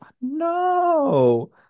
no